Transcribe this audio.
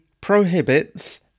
prohibits